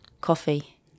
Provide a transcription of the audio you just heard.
Coffee